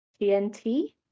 tnt